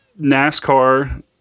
NASCAR